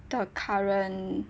the current